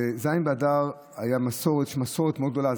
בז' באדר יש מסורת מאוד גדולה.